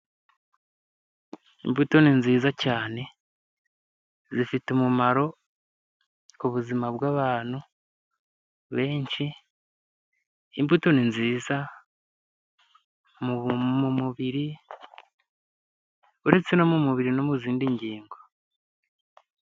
Imbuto ni nziza cyane, zifite umumaro ku buzima bw'abantu benshi. Imbuto ni nziza mu mubiri. Uretse no mu mubiri no mu zindi ngingo.